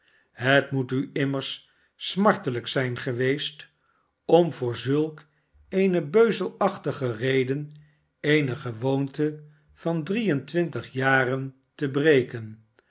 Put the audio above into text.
het moet u immers smartelijk zijn geweest om voor zulk eene beuzelachtige reden eene gewoonte van drie en twintig jaren te breken